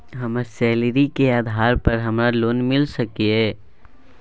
हमर सैलरी के आधार पर हमरा लोन मिल सके ये?